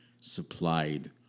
supplied